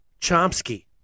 Chomsky